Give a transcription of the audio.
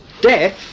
death